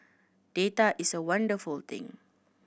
data is a wonderful thing